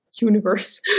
universe